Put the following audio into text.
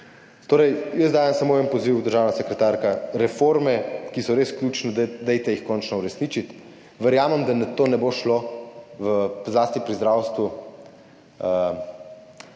Torej, jaz dajem samo en poziv, državna sekretarka – reforme, ki so res ključne, končno uresničite. Verjamem, da to ne bo šlo tako hitro, zlasti v zdravstvu,